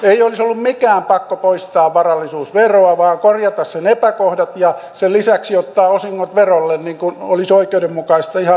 ei olisi ollut mikään pakko poistaa varallisuusveroa vaan korjata sen epäkohdat ja sen lisäksi ottaa osingot verolle niin kuin olisi oikeudenmukaista ja ihan niin kuin nyt onkin